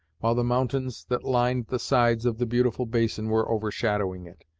while the mountains that lined the sides of the beautiful basin were overshadowing it,